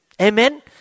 Amen